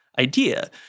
idea